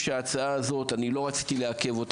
לא רציתי לעכב את